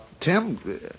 Tim